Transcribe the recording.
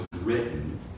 written